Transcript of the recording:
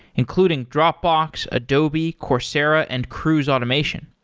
including dropbox, adobe, coursera and cruise automation.